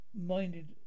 minded